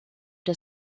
der